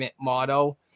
motto